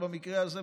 במקרה הזה,